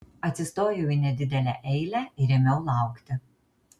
atsistojau į nedidelę eilę ir ėmiau laukti